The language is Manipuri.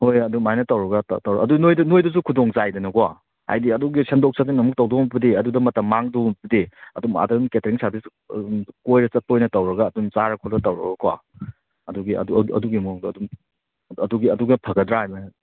ꯍꯣꯏ ꯑꯗꯨꯃꯥꯏꯅ ꯇꯧꯔꯒ ꯇꯧ ꯑꯗꯨ ꯅꯣꯏꯗ ꯅꯣꯏꯗꯁꯨ ꯈꯨꯗꯣꯡ ꯆꯥꯏꯗꯅꯀꯣ ꯍꯥꯏꯗꯤ ꯑꯗꯨꯒꯤ ꯁꯦꯝꯗꯣꯛ ꯁꯦꯝꯖꯤꯟ ꯑꯃꯨꯛ ꯇꯧꯗꯧ ꯁꯔꯨꯛꯄꯨꯗꯤ ꯑꯗꯨꯗ ꯃꯇꯝ ꯃꯥꯡꯗꯧ ꯁꯔꯨꯛꯄꯨꯗꯤ ꯑꯗꯨꯝ ꯑꯥꯗ ꯑꯗꯨꯝ ꯀꯦꯇꯔꯤꯡ ꯁꯔꯚꯤꯁ ꯀꯣꯏꯕ ꯆꯠꯄ ꯑꯣꯏꯅ ꯇꯧꯔꯒ ꯑꯗꯨꯝ ꯆꯥꯔ ꯈꯣꯠꯂ ꯇꯧꯔꯒꯀꯣ ꯑꯗꯨꯒꯤ ꯑꯗꯨ ꯑꯗꯨꯒꯤ ꯃꯑꯣꯡꯗ ꯑꯗꯨꯝ ꯑꯗꯨꯒꯤ ꯑꯗꯨꯅ ꯐꯒꯗ꯭ꯔꯥ ꯑꯗꯨꯃꯥꯏꯅ